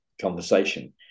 conversation